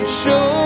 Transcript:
show